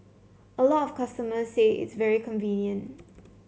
a lot of customers say it's very convenient